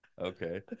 okay